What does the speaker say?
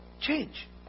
change